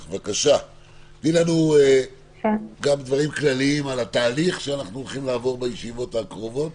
תני לנו גם דברים כלליים על התהליך שאנחנו הולכים לעבור בישיבות הקרובות